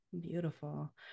Beautiful